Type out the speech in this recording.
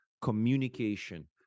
communication